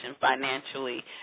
financially